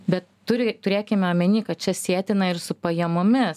bet turi turėkime omeny kad čia sietina ir su pajamomis